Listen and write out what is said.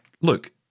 look